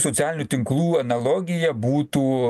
socialinių tinklų analogija būtų